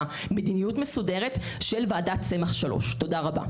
מדיניות מסודרת של ועדת צמח 3. תודה רבה.